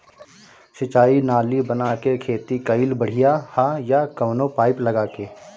सिंचाई नाली बना के खेती कईल बढ़िया ह या कवनो पाइप लगा के?